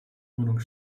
wohnung